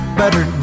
better